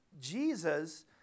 Jesus